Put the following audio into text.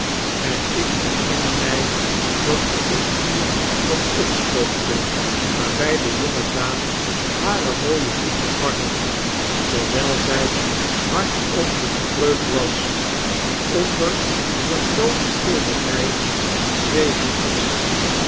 en herinner mij dat ik het tout wat opstookte waarbij de jonge dame hare mooie voetjes warmde terwijl zij hardop de spreuk las die onder de groote schilderij geschreven is